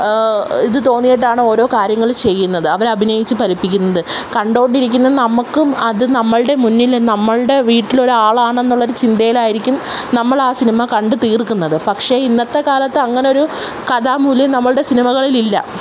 ഇത് തോന്നിയതാണ് ഓരോ കാര്യങ്ങൾ ചെയ്യുന്നത് അവരഭിനയിച്ച് ഫലിപ്പിക്കുന്നത് കണ്ടുകൊണ്ടിരിക്കുന്ന നമുക്കും അത് നമ്മളുടെ മുന്നിൽ നമ്മളുടെ വീട്ടിലുള്ള ഒരാളാണ് എന്നുള്ള ഒരു ചിന്തയിലാണ് നമ്മൾ ആ സിനിമ കണ്ടു തീർക്കുന്നത് പക്ഷെ ഇന്നത്തെ കാലത്ത് അങ്ങനെയൊരു കഥാമൂല്യം നമ്മളുടെ സിനിമകളിലില്ല